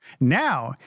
Now